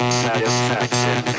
satisfaction